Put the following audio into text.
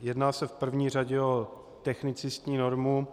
Jedná se v první řadě o technicistní normu.